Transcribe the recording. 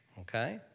Okay